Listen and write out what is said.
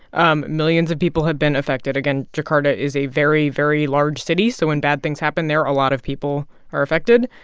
um millions of people have been affected. again, jakarta is a very, very large city, so when bad things happen there, a lot of people are affected.